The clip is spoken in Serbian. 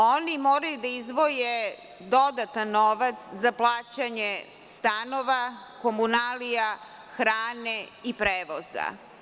Oni moraju da izdvoje dodatan novac za plaćanje stanova, komunalija, hrane i prevoza.